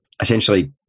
essentially